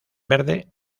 verde